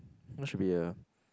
not should be a